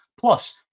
Plus